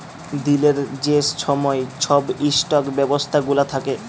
দিলের যে ছময় ছব ইস্টক ব্যবস্থা গুলা থ্যাকে